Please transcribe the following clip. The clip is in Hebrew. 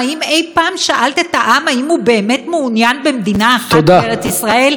האם אי פעם שאלת את העם האם הוא באמת מעוניין במדינה אחת בארץ ישראל?